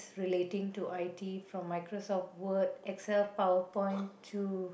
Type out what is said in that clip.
relating to I_T from Microsoft word excel power point to